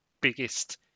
biggest